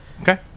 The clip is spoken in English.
Okay